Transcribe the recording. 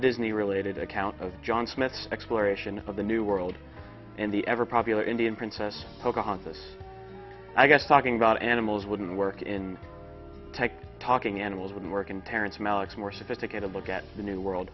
disney related account of john smith's exploration of the new world and the ever popular indian princess pocahontas i guess talking about animals wouldn't work in tech talking animals and working parents malik's more sophisticated look at the new world